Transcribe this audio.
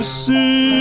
see